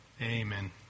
Amen